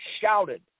shouted